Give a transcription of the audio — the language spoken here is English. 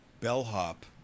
bellhop